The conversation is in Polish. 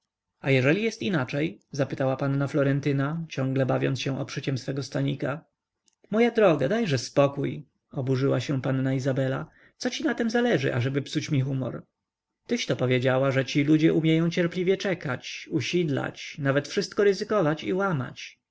a jeżeli jest inaczej zapytała panna florentyna ciągle bawiąc się obszyciem swego stanika moja droga dajże spokój oburzyła się panna izabela co ci na tem zależy ażeby psuć mi humor tyś to powiedziała że ci ludzie umieją cierpliwie czekać usidlać nawet wszystko ryzykować i łamać